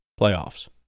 playoffs